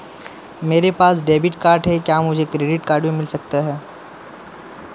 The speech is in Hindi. मेरे पास डेबिट कार्ड है क्या मुझे क्रेडिट कार्ड भी मिल सकता है?